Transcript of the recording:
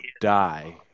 die